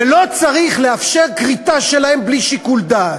ולא צריך לאפשר כריתה שלהם בלי שיקול דעת.